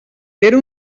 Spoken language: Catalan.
era